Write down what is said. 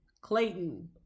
Clayton